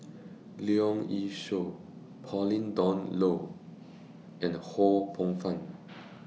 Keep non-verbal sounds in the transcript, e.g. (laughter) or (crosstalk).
Leong Yee Soo Pauline Dawn Loh and Ho Poh Fun (noise)